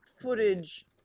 footage